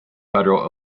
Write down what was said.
federal